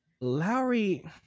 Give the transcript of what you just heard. Lowry